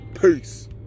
Peace